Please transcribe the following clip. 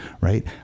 right